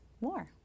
more